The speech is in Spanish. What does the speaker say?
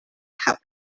jaula